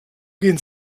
gehn